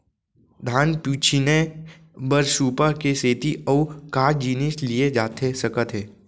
धान पछिने बर सुपा के सेती अऊ का जिनिस लिए जाथे सकत हे?